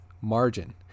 margin